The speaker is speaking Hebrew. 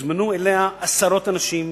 הוזמנו אליה עשרות אנשים,